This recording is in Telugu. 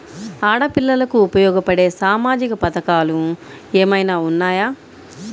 ఆడపిల్లలకు ఉపయోగపడే సామాజిక పథకాలు ఏమైనా ఉన్నాయా?